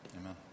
Amen